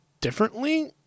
differently